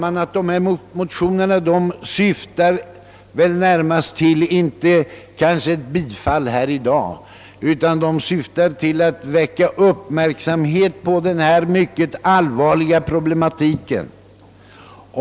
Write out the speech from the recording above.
Syftet med motionerna är inte att få förslagen bifallna här i dag utan att rikta uppmärksamheten på denna mycket allvarliga problematik.